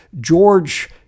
George